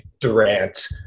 Durant